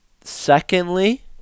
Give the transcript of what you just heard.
Secondly